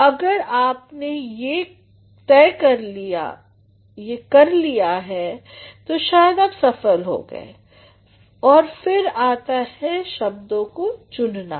तो अगर आपने ये कर लिया गई तो शायद आप सफल हुए और फिर आता है शब्दों को चुनना